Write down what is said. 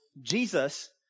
Jesus